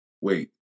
wait